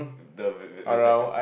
the v~ vasecto~